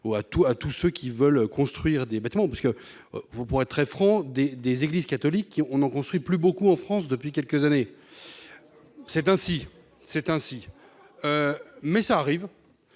tout à tous ceux qui veulent construire des bâtiments parce que vous pourrez très fraudé des églises catholiques qui, on en construit plus beaucoup en France depuis quelques années, c'est ainsi, c'est ainsi, mais ça arrive